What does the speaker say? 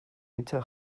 hitza